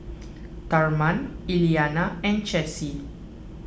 therman Elianna and Chessie